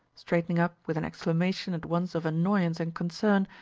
straightening up with an exclamation at once of annoyance and concern,